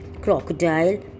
crocodile